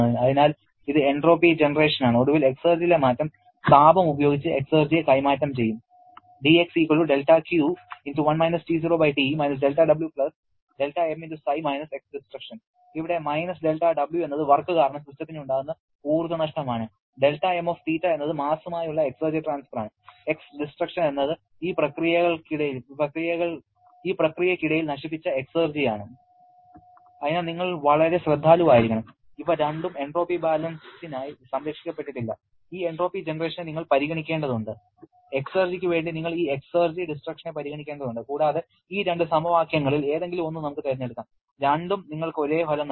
അതിനാൽ ഇത് എൻട്രോപ്പി ജനറേഷനാണ് ഒടുവിൽ എക്സർജിയിലെ മാറ്റം താപം ഉപയോഗിച്ച് എക്സർജിയെ കൈമാറ്റം ചെയ്യും ഇവിടെ - δW എന്നത് വർക്ക് കാരണം സിസ്റ്റത്തിന് ഉണ്ടാകുന്ന ഊർജ്ജനഷ്ടമാണ് δmθ എന്നത് മാസുമായുള്ള എക്സർജി ട്രാൻസ്ഫർ ആണ് Xdes എന്നത് ഈ പ്രക്രിയയ്ക്കിടയിൽ നശിപ്പിച്ച എക്സർജി ആണ് അതിനാൽ നിങ്ങൾ വളരെ ശ്രദ്ധാലുവായിരിക്കണം ഇവ രണ്ടും എൻട്രോപ്പി ബാലൻസിനായി സംരക്ഷിക്കപ്പെട്ടിട്ടില്ല ഈ എൻട്രോപ്പി ജനറേഷനെ നിങ്ങൾ പരിഗണിക്കേണ്ടതുണ്ട് എക്സർജിക്ക് വേണ്ടി നിങ്ങൾ ഈ എക്സർജി ഡിസ്ട്രക്ഷനെ പരിഗണിക്കേണ്ടതുണ്ട് കൂടാതെ ഈ രണ്ട് സമവാക്യങ്ങളിൽ ഏതെങ്കിലും ഒന്ന് നമുക്ക് തിരഞ്ഞെടുക്കാം രണ്ടും നിങ്ങൾക്ക് ഒരേ ഫലം നല്കുന്നു